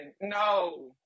no